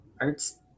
art's